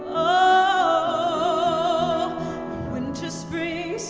oh winter, spring,